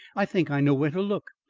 i think i know where to look.